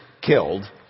killed